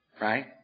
right